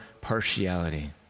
partiality